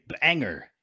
banger